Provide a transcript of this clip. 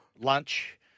lunch